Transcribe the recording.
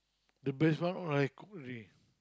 the best one not I cook already